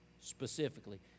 specifically